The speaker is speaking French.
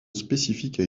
spécifique